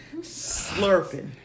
Slurping